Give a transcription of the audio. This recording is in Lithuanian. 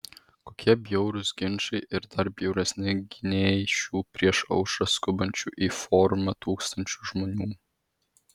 kokie bjaurūs ginčai ir dar bjauresni gynėjai šių prieš aušrą skubančių į forumą tūkstančių žmonių